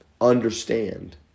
understand